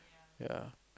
ya